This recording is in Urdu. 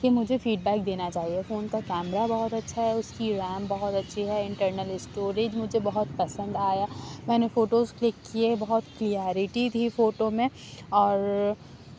کہ مجھے فیڈ بیک دینا چاہیے فون کا کیمرا بہت اچھا ہے اُس کی ریم بہت اچھی ہے انٹرنل اسٹوریج مجھے بہت پسند آیا میں نے فوٹوز کلک کیے بہت کیلرٹی تھی فوٹو میں اور